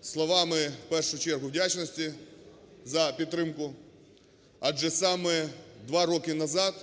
словами, в першу чергу, вдячності за підтримку адже саме 2 роки назад